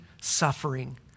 suffering